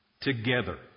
Together